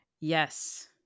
Yes